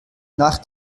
nach